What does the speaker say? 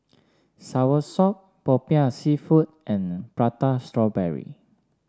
Soursop Popiah seafood and Prata Strawberry